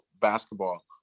basketball